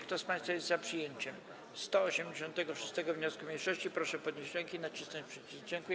Kto z państwa jest za przyjęciem 186. wniosku mniejszości, proszę podnieść rękę i nacisnąć przycisk.